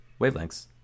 wavelengths